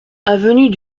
avenue